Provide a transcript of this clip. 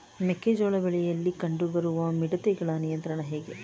ಮೆಕ್ಕೆ ಜೋಳ ಬೆಳೆಯಲ್ಲಿ ಕಂಡು ಬರುವ ಮಿಡತೆಗಳ ನಿಯಂತ್ರಣ ಹೇಗೆ?